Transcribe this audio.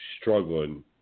struggling